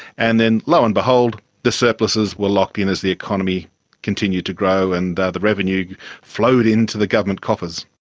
and then lo and behold the surpluses were locked in as the economy continued to grow and the the revenue flowed into the government coffers.